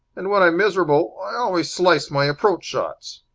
and, when i'm miserable, i always slice my approach shots.